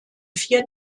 vier